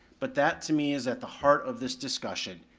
but that to me is at the heart of this discussion.